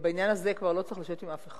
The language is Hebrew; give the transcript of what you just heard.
בעניין הזה כבר לא צריך לשבת עם אף אחד.